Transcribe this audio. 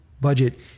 budget